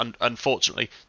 unfortunately